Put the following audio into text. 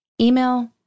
Email